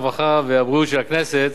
הרווחה והבריאות של הכנסת,